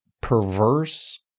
perverse